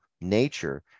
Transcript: nature